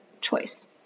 choice